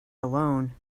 alone